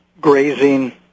grazing